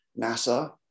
NASA